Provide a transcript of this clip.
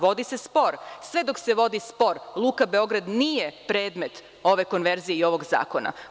Vodi se spor, sve dok se vodi spor Luka Beograd nije predmet ove konverzije i ovog zakona.